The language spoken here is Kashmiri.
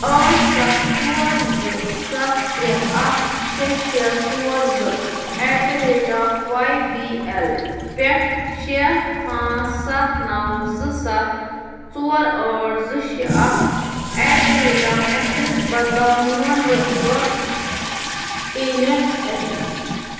ٲٹھ سَتھ ژور زٕ سَتھ ترٛےٚ اَکھ شےٚ شےٚ ژور زٕ at the rate of Y B L پٮ۪ٹھ شےٚ پانٛژھ سَتھ نَو زٕ سَتھ ژور ٲٹھ زٕ شےٚ اکھ at the rate of Axis بدلاو میون ؤرچُوَل پیمٮ۪نٛٹ اٮ۪ڈرس